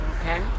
Okay